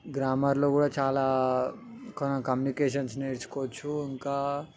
గ్రామర్లో కూడా చాలా కమ్యూనికేషన్స్ నేర్చుకోవచ్చు ఇంకా